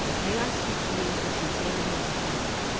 may i speak to you with the sincerity of a friend?